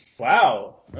Wow